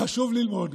זה חשוב ללמוד.